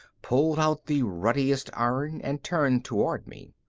pulled out the ruddiest iron and turned toward me.